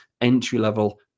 entry-level